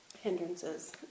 hindrances